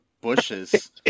bushes